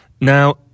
Now